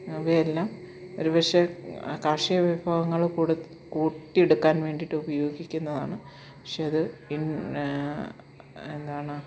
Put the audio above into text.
ഇവയെല്ലാം ഒരു പക്ഷേ കാർഷിക വിഭവങ്ങൾ കൂട്ടിയെടുക്കാൻ വേണ്ടിയിട്ട് ഉപയോഗിക്കുന്നതാണ് പക്ഷേ അത് എന്താണ്